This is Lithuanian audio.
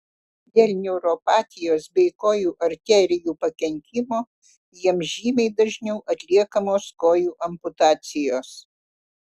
dėl neuropatijos bei kojų arterijų pakenkimo jiems žymiai dažniau atliekamos kojų amputacijos